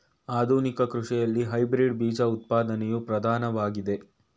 ಆಧುನಿಕ ಕೃಷಿಯಲ್ಲಿ ಹೈಬ್ರಿಡ್ ಬೀಜ ಉತ್ಪಾದನೆಯು ಪ್ರಧಾನವಾಗಿದೆ